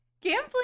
Gambling